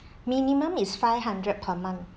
minimum is five hundred per month